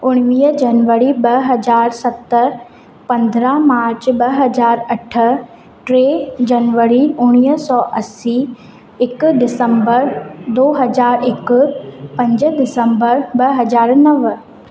उणिवीह जनवरी ॿ हज़ार सतरि पंद्रहं मार्च ॿ हज़ार अठ टे जनवरी उणिवीह सौ असीं हिकु डिसंबर दो हज़ार हिकु पंज डिसंबर ॿ हज़ार नव